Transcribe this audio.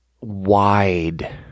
wide